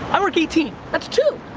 i work eighteen, that's two.